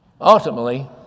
ultimately